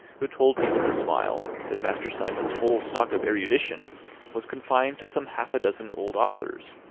who told me with a smile that master simon's whole stock of erudition was confined to some half-a-dozen old authors,